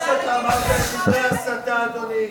מה שאתה אמרת הם דברי הסתה, אדוני.